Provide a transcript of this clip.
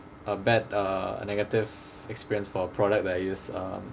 a bad uh negative experience for a product that I use uh